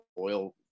oil